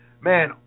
man